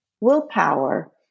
willpower